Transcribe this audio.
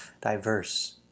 diverse